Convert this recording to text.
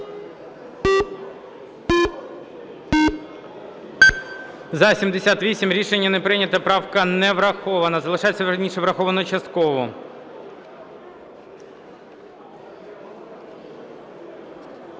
За-78 Рішення не прийнято. Правка не врахована. Залишається, вірніше, враховано частково.